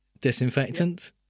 disinfectant